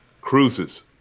Cruises